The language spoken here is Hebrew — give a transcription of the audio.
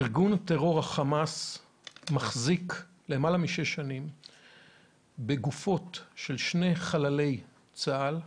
ארגון הטרור החמאס מחזיק למעלה משש שנים בגופות של שני חללי צה"ל וכן,